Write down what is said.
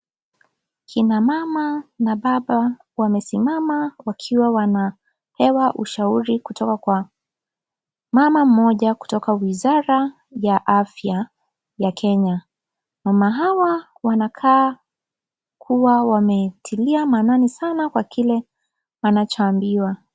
Kina mama na baba wamesimama wakiwa wanapewa ushauri kutoka kwa mama mmoja kutoka Wizara ya Afya ya Kenya. Mama hawa wanakaa kuwa wametilia maanani sana kwa kile wanachoambiwa.